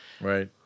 Right